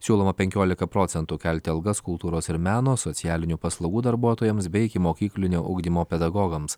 siūloma penkiolika procentų kelti algas kultūros ir meno socialinių paslaugų darbuotojams bei ikimokyklinio ugdymo pedagogams